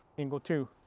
angle two.